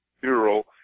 Bureau